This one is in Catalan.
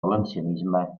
valencianisme